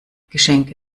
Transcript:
geschenke